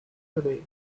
today